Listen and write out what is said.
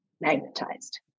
magnetized